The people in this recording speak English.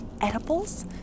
edibles